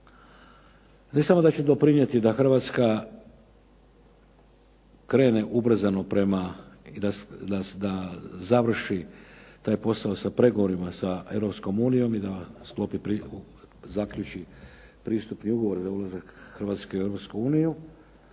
ne samo da će doprinijeti da Hrvatska krene ubrzano prema i da završi te pregovore sa Europskom unijom i da sklopi pristupni ugovor za ulazak Hrvatske u